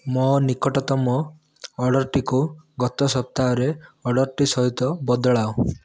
ମୋ ନିକଟତମ ଅର୍ଡ଼ର୍ଟିକୁ ଗତ ସପ୍ତାହର ଅର୍ଡ଼ର୍ଟି ସହିତ ବଦଳାଅ